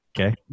Okay